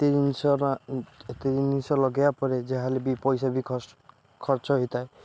ଏତେ ଜିନିଷର ଏତେ ଜିନିଷ ଲଗେଇବା ପରେ ଯାହା ହେଲେ ବି ପଇସା ବି ଖର୍ଚ୍ଚ ହୋଇଥାଏ